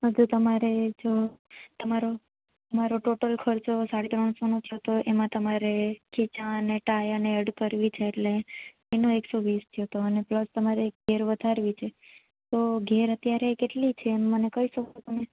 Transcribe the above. તમારે જો તમારો તમારો ટોટલ ખર્ચો સાડી ત્રણસોનો થયો તો એમાં તમારે ખીચા અને ટાઈ એડ કરવી છે એટલે એનો એક્સો વીસ છે તો અને પ્લસ તમારે ઘેર વધારવી છે તો ઘેર અત્યારે કેટલી છે એ મને કહી શકો તમે